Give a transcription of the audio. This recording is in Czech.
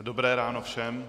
Dobré ráno všem.